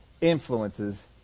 influences